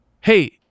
hey